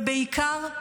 ובעיקר,